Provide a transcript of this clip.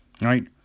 right